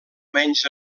menys